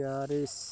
Paris